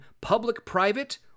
public-private